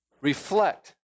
reflect